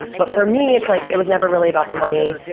but for me, it's like it was never really about the money,